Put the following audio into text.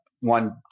one